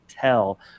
tell